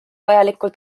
vajalikul